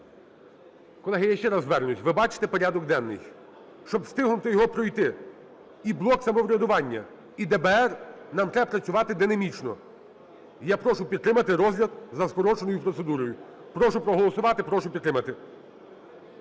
Колеги, я ще раз звернусь. Ви бачите порядок денний, щоб встигнути його пройти: і блок самоврядування, і ДБР, - нам треба працювати динамічно. Я прошу підтримати розгляд за скороченою процедурою. Прошу проголосувати, прошу підтримати.